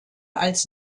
als